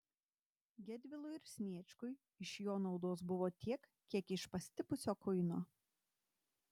gedvilui ir sniečkui iš jo naudos buvo tiek kiek iš pastipusio kuino